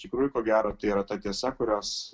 iš tikrųjų ko gero tai yra ta tiesa kurios